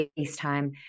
FaceTime